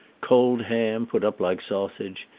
cold ham put up like sausage,